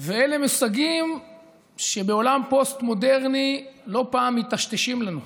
אלה מושגים שבעולם פוסט-מודרני לא פעם מיטשטשים לנו.